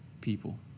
people